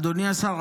אדוני השר,